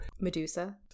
medusa